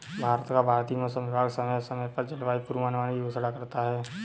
भारत का भारतीय मौसम विभाग समय समय पर जलवायु पूर्वानुमान की घोषणा करता है